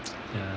ya